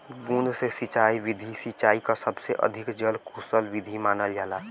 बूंद से सिंचाई विधि सिंचाई क सबसे अधिक जल कुसल विधि मानल जाला